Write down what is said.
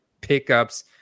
pickups